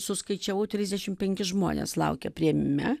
suskaičiavau trisdešimt penki žmonės laukia priėmime